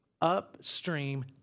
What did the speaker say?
upstream